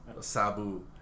Sabu